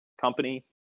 company